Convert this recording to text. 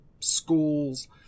schools